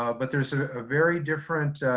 ah but there's a very different